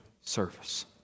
service